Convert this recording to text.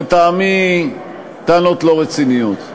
לטעמי אלה טענות לא רציניות.